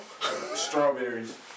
Strawberries